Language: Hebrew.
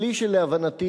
בלי שלהבנתי,